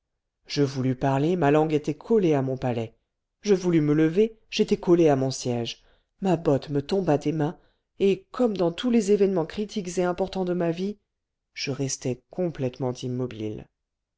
je voulus parler ma langue était collée à mon palais je voulus me lever j'étais collé à mon siège ma botte me tomba des mains et comme dans tous les événements critiques et importants de ma vie je restai complètement immobile